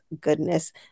goodness